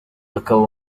akaba